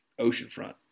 oceanfront